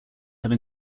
have